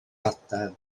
gadael